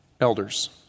elders